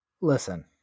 Listen